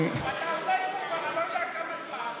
אתה עומד שם אני לא יודע כבר כמה זמן,